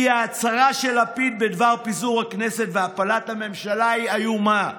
כי ההצהרה של לפיד בדבר פיזור הכנסת והפלת הממשלה היא איומה.